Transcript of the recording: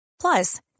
Plus